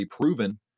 proven